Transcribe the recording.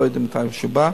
לא יודעים מתי הוא בא.